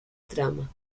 trama